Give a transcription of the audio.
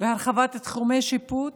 הרחבת תחומי שיפוט,